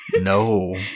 No